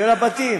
של הבתים.